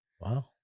wow